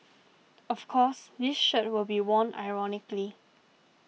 of course this shirt will be worn ironically